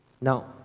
Now